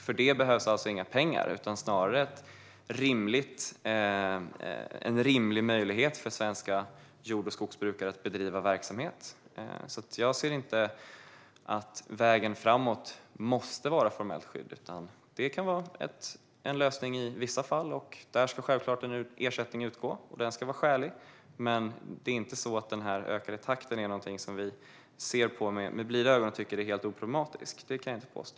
För det behövs alltså inga pengar utan snarare en rimlig möjlighet för svenska jord och skogsbrukare att bedriva verksamhet. Jag ser alltså inte att vägen framåt måste vara formellt skydd. Det kan vara en lösning i vissa fall. Då ska självklart ersättning utgå, och den ska vara skälig. Men det är inte så att den ökade takten är någonting som vi ser på med blida ögon och tycker är helt oproblematisk. Det kan jag inte påstå.